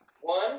one